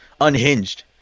unhinged